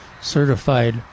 certified